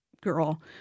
girl